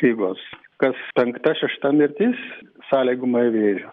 ligos kas penkta šešta mirtis sąlygojama vėžio